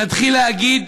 נתחיל להגיד,